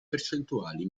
percentuali